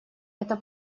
это